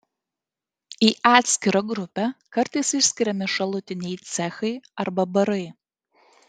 į atskirą grupę kartais išskiriami šalutiniai cechai arba barai